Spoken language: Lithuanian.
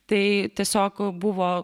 tai tiesiog buvo